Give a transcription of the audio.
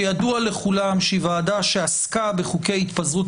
שידוע לכולם שהיא ועדה שעסקה בחוקי התפזרות